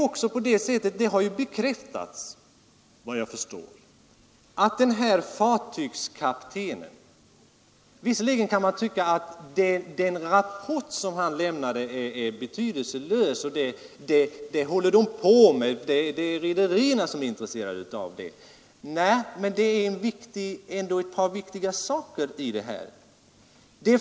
Visserligen kan man tycka att den rapport som den här fartygskaptenen lämnade är betydelselös — den saken håller rederierna på att undersöka — men det finns ändå ett par viktiga saker att ta hänsyn till i detta sammanhang.